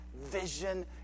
vision